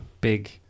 big